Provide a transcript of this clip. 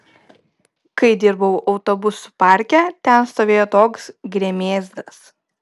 kai dirbau autobusų parke ten stovėjo toks gremėzdas